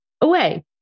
away